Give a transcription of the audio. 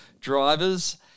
drivers